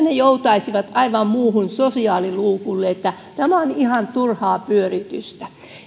he joutaisivat aivan muulle sosiaaliluukulle tämä on ihan turhaa pyöritystä